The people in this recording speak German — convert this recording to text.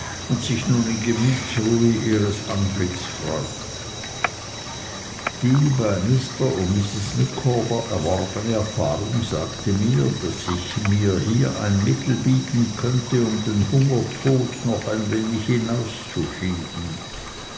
und sich nun in gemütsruhe ihres anblicks freut die bei mr und mrs micawber erworbne erfahrung sagte mir daß sich mir hier ein mittel bieten könnte um den hungertod noch ein wenig hinauszuschieben